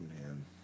Man